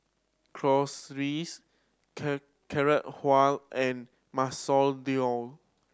Chorizo Carrot Halwa and Masoor Dal